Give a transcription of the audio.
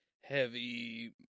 heavy